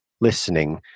listening